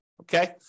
okay